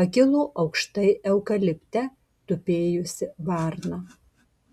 pakilo aukštai eukalipte tupėjusi varna